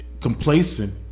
complacent